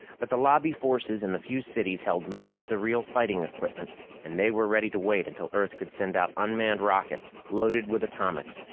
but the lobby forces and the few cities held most of the real fighting equipment and they were ready to wait until earth could send out unmanned rockets, loaded with atomics,